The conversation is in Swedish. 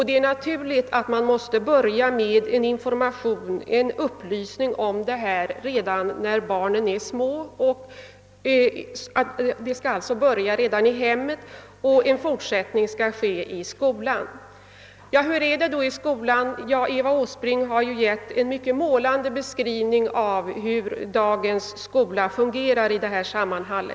Det är naturligt att man måste börja med informationen och upplysningen om detta redan när barnen är små. Vi skall alltså börja redan i hemmen med detta, och arbetet skall fortsätta i skolan. Hur förhåller det sig då i skolan i detta avseende? Eva Åsbrink har gett en mycket målande beskrivning av hur dagens skola fungerar i detta sammanhang.